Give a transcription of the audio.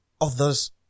others